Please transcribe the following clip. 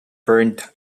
burned